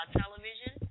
television